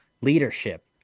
leadership